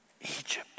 Egypt